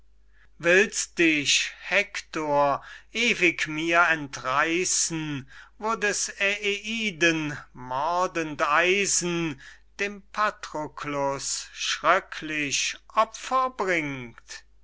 willst dich hektor ewig mir entreissen wo des aeaciden mordend eisen dem patroklus schrecklich opfer bringt